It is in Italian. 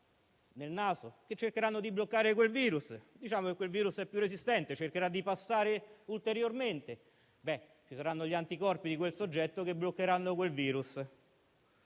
nel naso, che cercheranno di bloccare quel virus. Diciamo che quel virus è più resistente e cercherà di passare ulteriormente; allora gli anticorpi di quel soggetto bloccheranno il virus.